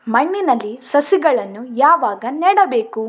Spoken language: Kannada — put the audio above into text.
ಮಣ್ಣಿನಲ್ಲಿ ಸಸಿಗಳನ್ನು ಯಾವಾಗ ನೆಡಬೇಕು?